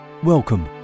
Welcome